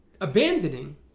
abandoning